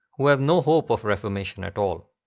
who have no hope of reformation at all.